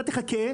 אתה תחכה,